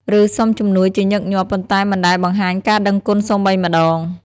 ឬសុំជំនួយជាញឹកញាប់ ប៉ុន្តែមិនដែលបង្ហាញការដឹងគុណសូម្បីម្ដង។